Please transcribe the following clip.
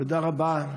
תודה רבה.